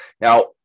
now